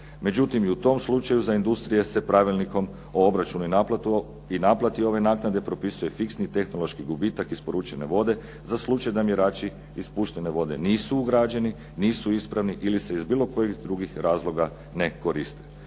Međutim, i u tom slučaju za industrije se pravilnikom o obračunu i naplati ove naknade propisuje fiksni tehnološki gubitak isporučene vode za slučaj da mjerači ispuštene vode nisu ugrađeni nisu ispravni ili se iz bilo kojih drugih razloga ne koriste.